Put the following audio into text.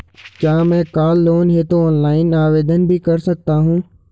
क्या मैं car loan हेतु ऑनलाइन आवेदन भी कर सकता हूँ?